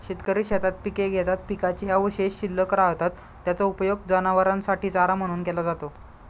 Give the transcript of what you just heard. शेतकरी शेतात पिके घेतात, पिकाचे अवशेष शिल्लक राहतात, त्याचा उपयोग जनावरांसाठी चारा म्हणून केला जातो